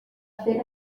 ser